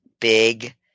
Big